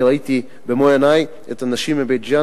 אני ראיתי במו עיני את הנשים מבית-ג'ן